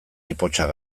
ipotxak